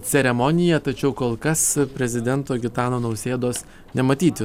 ceremonija tačiau kol kas prezidento gitano nausėdos nematyti